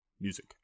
music